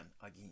again